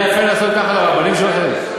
זה יפה לעשות ככה לרבנים שלכם?